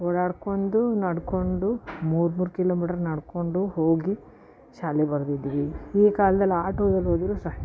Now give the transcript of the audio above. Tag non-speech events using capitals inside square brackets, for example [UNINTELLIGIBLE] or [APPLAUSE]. ಓಡಾಡ್ಕೊಂಡು ನಡ್ಕೊಂಡು ಮೂರ್ಮೂರು ಕಿಲೋಮೀಟ್ರ್ ನಡ್ಕೊಂಡು ಹೋಗಿ ಶಾಲೆಗೆ [UNINTELLIGIBLE] ಈ ಕಾಲ್ದಲ್ಲಿ ಆಟೊದಲ್ಲಿ ಹೋದ್ರೆ ಸಾಕು